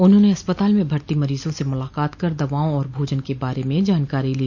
उन्होंने अस्पताल में भर्ती मरीजों से मुलाकात कर दवाओं और भोजन के बारे में जानकारी ली